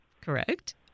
Correct